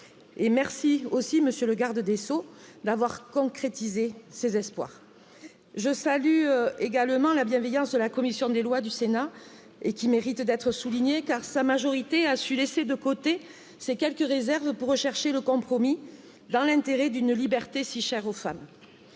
Merci aussi M. le garde des sceaux d'avoir concrétisé ces espoirs. Je salue également la bienveillance de la commission des lois du Sénat et qui méritent d'être soulignées car sa majorité a su laisser de côté ses quelques réserves pour rechercher le compromis dans l'intérêt d'une liberté chère aux femmes.